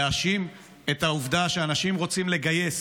להאשים את העובדה שאנשים רוצים לגייס